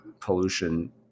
pollution